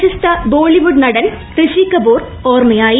പ്രശസ്ത ബോളിവുഡ് നടൻ ഋഷി കപൂർ ഓർമ്മയായി